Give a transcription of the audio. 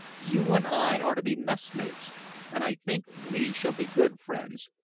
you and i are to be messmates and i think we shall be good friends,